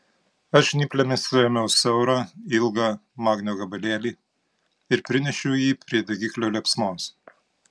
aš žnyplėmis suėmiau siaurą ilgą magnio gabalėlį ir prinešiau jį prie degiklio liepsnos